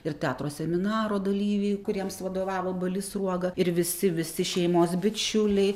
ir teatro seminaro dalyviai kuriems vadovavo balys sruoga ir visi visi šeimos bičiuliai